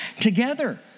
together